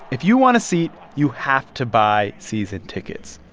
if you want a seat, you have to buy season tickets.